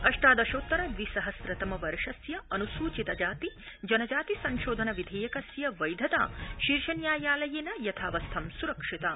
अष्टादशोत्तर द्वि सहस्र तम वर्षस्य अन्सूचित जाति जनजाति संशोधन विधेयकस्य वैधता शीर्षन्यायालयेन यथावस्थं सुरक्षिता